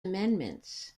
amendments